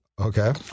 Okay